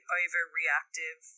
overreactive